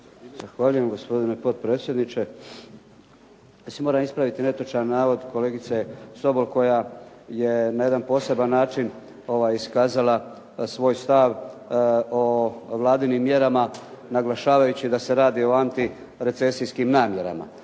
Zahvaljujem gospodine potpredsjedniče. Mislim, moram ispraviti netočan navod kolegice Sobol koja je na jedan poseban način iskazala svoj stav o vladinim mjerama, naglašavajući da se radi o antirecesijskim namjerama.